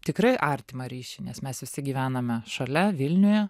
tikrai artimą ryšį nes mes visi gyvename šalia vilniuje